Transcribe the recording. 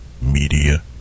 Media